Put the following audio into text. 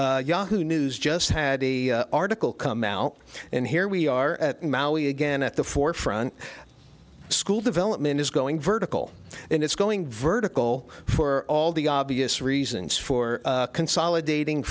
and yahoo news just had a article come out and here we are at maui again at the forefront school development is going vertical and it's going vertical for all the obvious reasons for consolidating